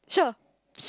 sure